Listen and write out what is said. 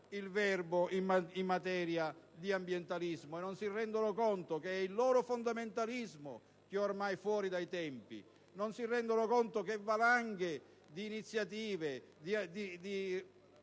il verbo in materia di ambientalismo e non si rendono conto che è il loro fondamentalismo ad essere ormai fuori dai tempi; non si rendono conto che valanghe di iniziative, di